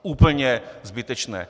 Úplně zbytečné.